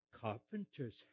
carpenter's